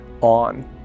on